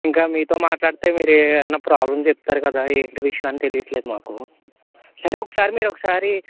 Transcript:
ఇంకా మీతో మాట్లాడితే మీరు ఏమన్న ప్రాబ్లం చెప్తారు కదా ఏంటి విషయం అని తెలియట్లేదు మాకు సరే ఒకసారి మీరు ఒకసారి